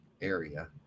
area